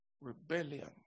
rebellion